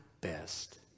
best